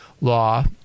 law